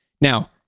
Now